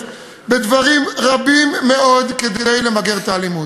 בדברים רבים מאוד כדי למגר את האלימות.